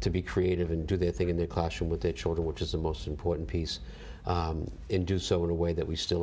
to be creative and do their thing in the classroom with each other which is the most important piece in do so in a way that we still